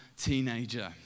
teenager